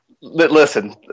listen